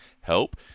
help